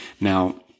Now